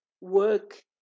work